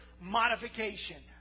modification